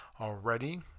already